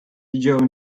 widziałem